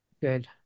Good